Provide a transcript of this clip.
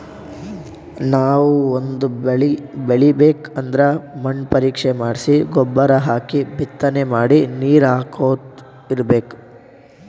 ನಾವ್ ಒಂದ್ ಬಳಿ ಬೆಳಿಬೇಕ್ ಅಂದ್ರ ಮಣ್ಣ್ ಪರೀಕ್ಷೆ ಮಾಡ್ಸಿ ಗೊಬ್ಬರ್ ಹಾಕಿ ಬಿತ್ತನೆ ಮಾಡಿ ನೀರ್ ಹಾಕೋತ್ ಇರ್ಬೆಕ್